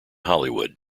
hollywood